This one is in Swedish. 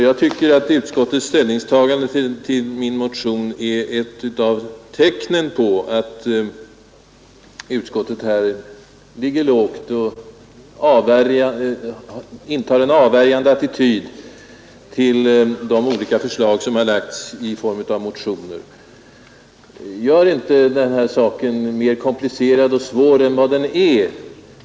Jag tycker att utskottets ställningstagande till min motion är ett av tecknen på att utskottet ligger lågt och lägger i dagen en avvärjande attityd till de olika förslag som framlagts i form av olika motioner. Gör inte den här saken mera komplicerad och svår än den är!